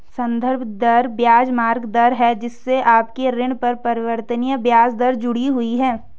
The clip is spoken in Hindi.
संदर्भ दर बेंचमार्क दर है जिससे आपके ऋण पर परिवर्तनीय ब्याज दर जुड़ी हुई है